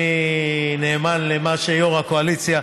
ואני נאמן למה שיושב-ראש הקואליציה,